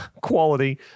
quality